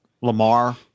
Lamar